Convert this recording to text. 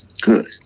good